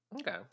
okay